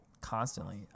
constantly